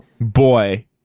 Boy